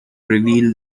reveal